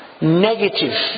negative